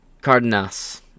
Cardenas